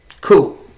Cool